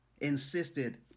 insisted